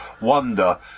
wonder